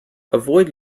avoid